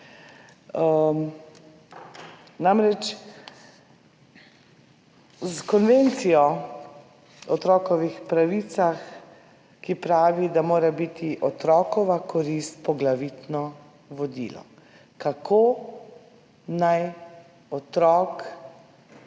S Konvencijo o otrokovih pravicah, ki pravi, da mora biti otrokova korist poglavitno vodilo, kako se naj otrok